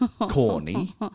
Corny